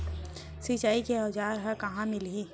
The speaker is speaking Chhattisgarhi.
सिंचाई के औज़ार हा कहाँ मिलही?